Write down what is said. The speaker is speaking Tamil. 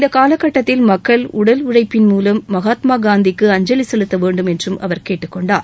இந்த காலக்கட்டத்தில் மக்கள் உடல் உழைப்பின்மூலம் மகாத்மா காந்திக்கு அஞ்சலி செலுத்தவேண்டும் என்றும் அவர் கேட்டுக்கொண்டார்